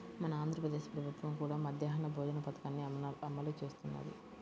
మన ఆంధ్ర ప్రదేశ్ ప్రభుత్వం కూడా మధ్యాహ్న భోజన పథకాన్ని అమలు చేస్తున్నది